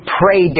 pray